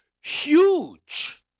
huge